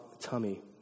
tummy